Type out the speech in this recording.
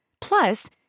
Plus